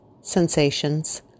sensations